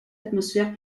l’atmosphère